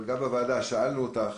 אבל גם בוועדה שאלנו אותך,